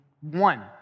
one